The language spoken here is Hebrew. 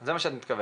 זה מה שאת מתכוונת?